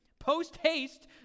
Post-haste